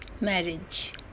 marriage